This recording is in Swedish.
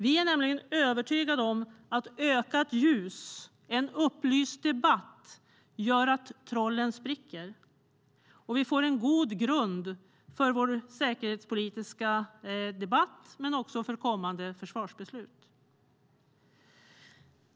Vi är nämligen övertygade om att ökat ljus och en upplyst debatt gör att trollen spricker. Så får vi en god grund för vår säkerhetspolitiska debatt och för kommande försvarsbeslut.